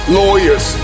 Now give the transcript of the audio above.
lawyers